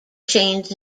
chains